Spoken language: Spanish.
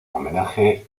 homenaje